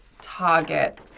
target